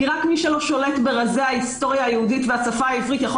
כי רק מי שלא שולט ברזי ההיסטוריה היהודית והשפה העברית יכול